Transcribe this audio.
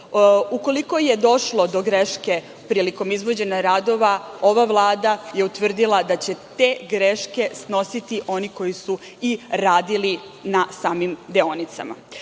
Ukoliko je došlo do greške prilikom izvođenja radova, ova Vlada je utvrdila da će te greške snositi oni koji su i radili na samim deonicama. Što